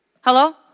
Hello